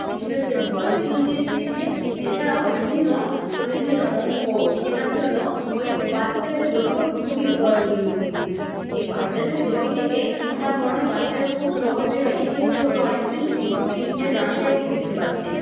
কিছু ক্ষেত্রে ফল ফুল চিনতে শিখছে এছাড়াও বিভিন্ন শরীরের অঙ্গ চেনার জন্য ওই বাচ্চাদের বইগুলো খুবই প্রয়োজনীয় জিনিস এই বাচ্চাদের বই দেখে আমার মনে হয় বাচ্চারা খুব সহজে বা ইতিবাচকভাবে অনেক কিছু চিনতে জানতে এবং শিখতে পারছে